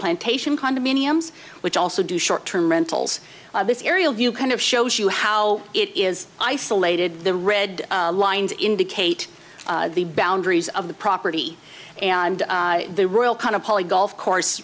plantation condominiums which also do short term rentals this aerial view kind of shows you how it is isolated the red lines indicate the boundaries of the property and the rural kind of poly golf course